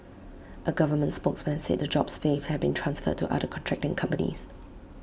A government spokesman said the jobs saved had been transferred to other contracting companies